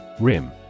RIM